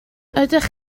ydych